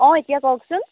অঁ এতিয়া কওকচোন